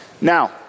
Now